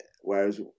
Whereas